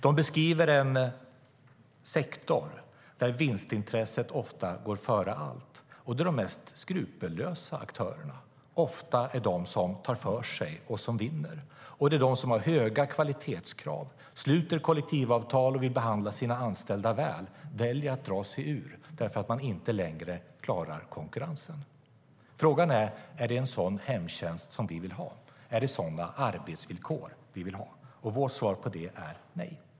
De beskriver en sektor där vinstintresset ofta går före allt, där de mest skrupelfria aktörerna ofta är de som tar för sig och vinner och där de som har höga kvalitetskrav, sluter kollektivavtal och vill behandla sina anställda väl väljer att dra sig ur därför att de inte längre klarar konkurrensen. Frågan är om det är en sådan hemtjänst vi vill ha och sådana arbetsvillkor vi vill ha. Vårt svar är nej.